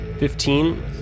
Fifteen